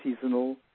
seasonal